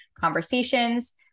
conversations